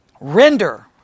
render